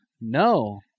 No